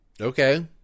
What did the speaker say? Okay